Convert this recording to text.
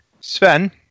Sven